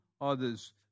others